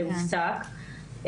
זה הופסק,